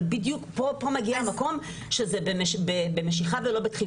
אבל בדיוק פה מגיע המקום שזה במשיכה ולא בדחיפה.